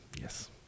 Yes